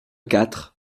quatre